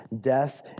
death